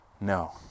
No